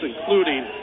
including